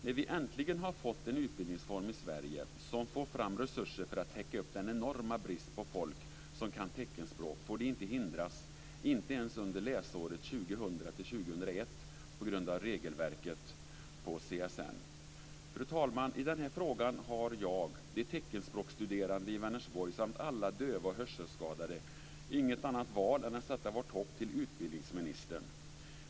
När vi äntligen har fått en utbildningsform i Sverige som tar fram resurser för att täcka upp den enorma bristen på folk som kan teckenspråk får den inte hindras på grund av regelverket på CSN, inte ens under läsåret Fru talman! I den här frågan har jag, de teckenspråksstuderande i Vänersborg samt alla döva och hörselskadade inget annat val än att sätta vårt hopp till utbildningsministern.